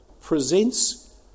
presents